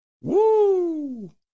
Woo